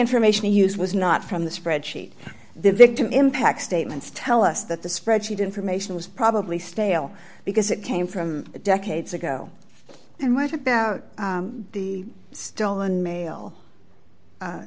information he used was not from the spreadsheet the victim impact statements tell us that the spreadsheet information was probably stale because it came from decades ago and what about the stolen ma